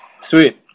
sweet